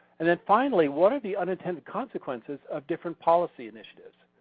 and then finally what are the unattended consequences of different policy initiatives?